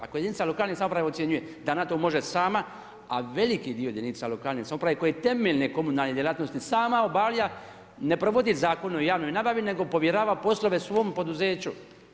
Ako jedinica lokalne samouprave, ocjenjuje da ona to može sama, a veliki dio jedinica lokalne samouprave, koje temeljne komunalne djelatnosti sama obavlja ne provod Zakon o javnoj nabavi, nego povjerava poslove svom poduzeću.